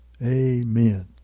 Amen